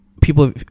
people